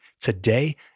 today